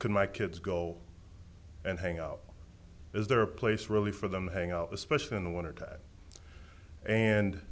can my kids go and hang out is there a place really for them hang out especially in the wintertime and